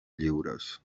lliures